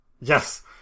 Yes